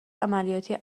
عملیاتی